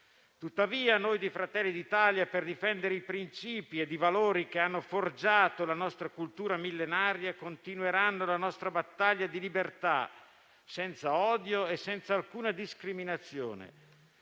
Tuttavia, noi di Fratelli d'Italia, per difendere i principi e i valori che hanno forgiato la nostra cultura millenaria, continueremo la nostra battaglia di libertà, senza odio e senza alcuna discriminazione.